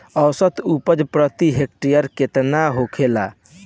औसत उपज प्रति हेक्टेयर केतना होखे?